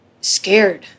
scared